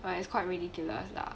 well it's quite ridiculous lah